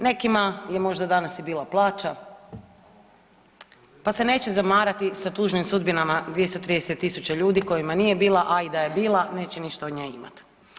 Nekima je možda danas i bila plaća, pa se neće zamarati sa tužnim sudbinama 230.000 ljudi kojima nije bila, a i da je bila neće ništa od nje imat.